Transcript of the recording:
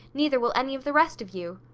neither will any of the rest of you.